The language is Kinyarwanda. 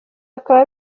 akaba